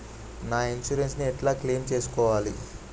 నా ఇన్సూరెన్స్ ని ఎట్ల క్లెయిమ్ చేస్కోవాలి?